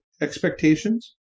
expectations